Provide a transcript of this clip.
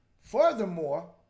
Furthermore